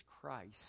Christ